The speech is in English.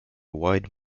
wide